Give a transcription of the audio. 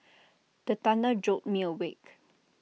the thunder jolt me awake